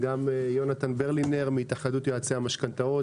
גם יונתן ברלינר מהתאחדות יועצי המשכנתאות